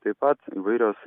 taip pat įvairios